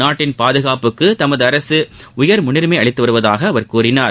நாட்டின் பாதுகாப்புக்கு தமது அரசு உயர் முன்னுரிமை அளித்து வருவதாக அவர் கூறினார்